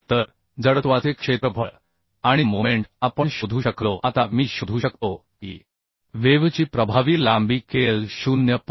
तर जडत्वाचे क्षेत्रफळ आणि मोमेंट आपण शोधू शकलो आता मी शोधू शकतो की वेव्हची प्रभावी लांबी KL 0